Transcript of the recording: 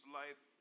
life